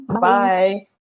Bye